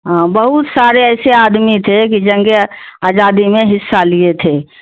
ہاں بہت سارے ایسے آدمی تھے کہ جنگ آجادی میں حصہ لیے تھے